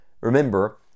Remember